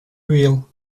will